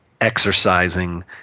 exercising